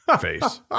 face